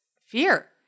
fear